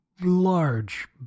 large